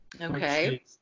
okay